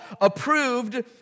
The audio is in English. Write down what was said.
approved